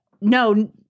No